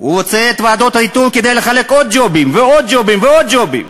הוא רוצה את ועדות האיתור כדי לחלק עוד ג'ובים ועוד ג'ובים ועוד ג'ובים,